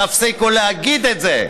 תפסיקו להגיד את זה.